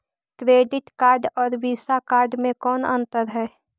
Credit card और Visa card मे कौन अन्तर है?